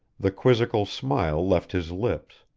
the quizzical smile left his lips.